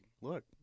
look